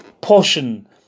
portion